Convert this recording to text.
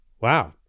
Wow